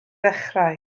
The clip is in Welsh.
ddechrau